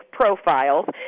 profiles